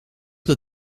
dat